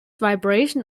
vibration